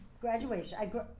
graduation